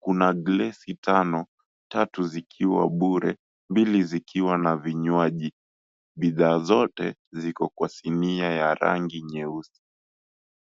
Kuna glesi tano, tatu zikiwa bure, mbili zikiwa na vinywaji bidhaa zote ziko kwa sinia ya rangi nyeusi.